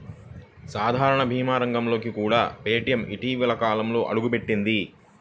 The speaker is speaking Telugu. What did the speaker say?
సాధారణ భీమా రంగంలోకి కూడా పేటీఎం ఇటీవలి కాలంలోనే అడుగుపెట్టింది